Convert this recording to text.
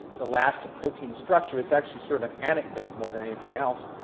the last of protein structure. it's actually sort of an anecdote more than anything else.